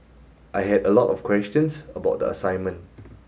I had a lot of questions about the assignment